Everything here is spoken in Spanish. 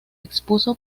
expuso